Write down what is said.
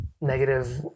negative